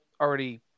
already